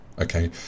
okay